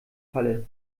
falle